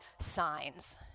signs